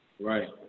Right